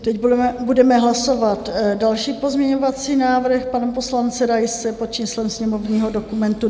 Teď budeme hlasovat další pozměňovací návrh pana poslance Raise pod číslem sněmovního dokumentu 2806.